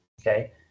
Okay